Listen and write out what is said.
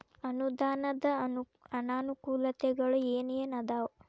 ಅನುದಾನದ್ ಅನಾನುಕೂಲತೆಗಳು ಏನ ಏನ್ ಅದಾವ?